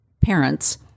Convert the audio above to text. parents